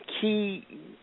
key